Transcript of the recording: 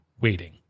waiting